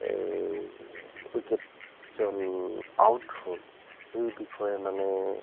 এই উইকেটজন আউট হ'ল সেই বিষয়ে মানে